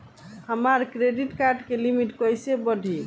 हमार credit card के limit कइसे बढ़ी?